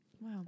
Wow